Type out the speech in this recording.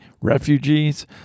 refugees